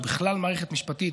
ובכלל מערכת משפטית,